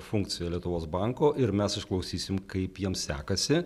funkcija lietuvos banko ir mes išklausysim kaip jiem sekasi